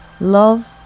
love